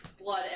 blood